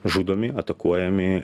žudomi atakuojami